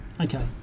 Okay